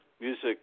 music